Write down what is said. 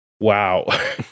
wow